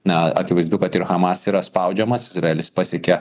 na akivaizdu kad ir hamas yra spaudžiamas izraelis pasiekė